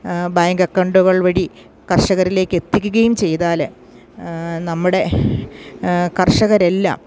bank അക്കൗണ്ടുകൾ വഴി കർഷകരിലേക്ക് എത്തിക്കുകയും ചെയ്താല് നമ്മുടെ കർഷകരെല്ലാം